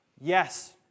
Yes